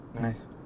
Nice